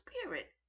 spirit